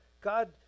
God